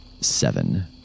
Seven